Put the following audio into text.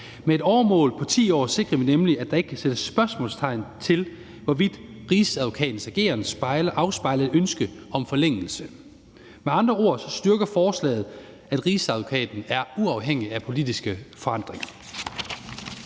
Med et åremål på 10 år sikrer vi nemlig, at der ikke kan sættes spørgsmålstegn ved, hvorvidt rigsadvokatens ageren afspejler et ønske om forlængelse. Med andre ord styrker forslaget Rigsadvokatens uafhængighed af politiske forandringer.